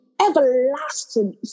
everlasting